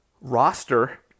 roster